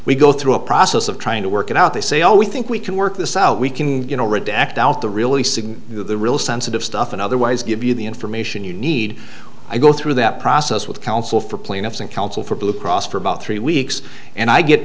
we go through a process of trying to work it out they say oh we think we can work this out we can you know redact out the really signal the real sensitive stuff and otherwise give you the information you need i go through that process with counsel for plaintiffs and counsel for blue cross for about three weeks and i get